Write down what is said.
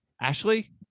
ashley